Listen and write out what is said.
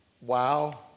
Wow